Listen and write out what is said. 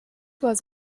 was